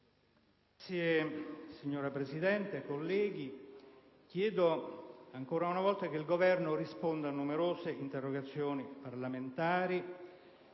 *(IdV)*. Signora Presidente, colleghi, chiedo ancora una volta che il Governo risponda a numerose interrogazioni parlamentari,